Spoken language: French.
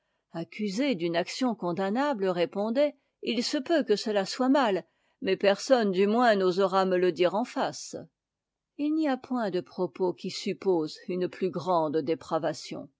accusés d'une action condamnable répondaient se peut que cela soit mal mais ermhme fm moins n'osera me le dire ck ace h n'y a point de propos qui suppose une plus grande dépravation